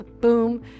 boom